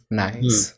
nice